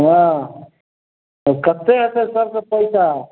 हँ तऽ कतेक होयतैक सबकेँ पैसा